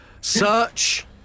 Search